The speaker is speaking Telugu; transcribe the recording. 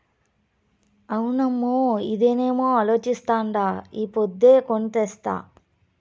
అవునమ్మో, అదేనేమో అలోచిస్తాండా ఈ పొద్దే కొని తెస్తా